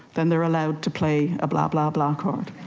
then they are allowed to play a blah, blah, blah' card,